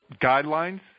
Guidelines